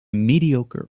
mediocre